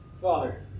Father